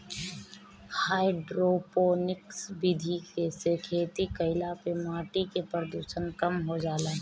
hydroponics विधि से खेती कईला पे माटी के प्रदूषण कम हो जाला